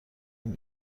این